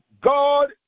God